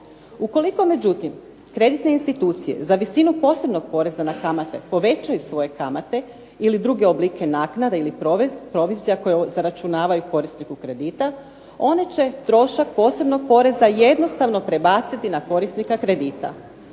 Ukoliko međutim kreditne institucije za visinu posebnog poreza na kamate povećaju svoje kamate ili druge oblike naknade ili provizija koju zaračunavaju korisniku kredita one će trošak posebnog poreza jednostavno prebaciti na korisnika kredita.